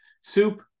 Soup